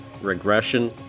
regression